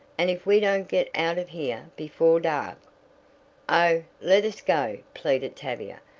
and if we don't get out of here before dark oh, let us go! pleaded tavia.